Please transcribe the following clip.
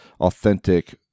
authentic-